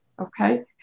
Okay